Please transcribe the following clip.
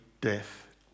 death